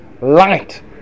light